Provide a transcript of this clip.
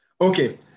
Okay